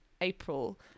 April